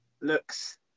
looks